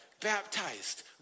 baptized